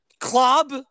club